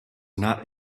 not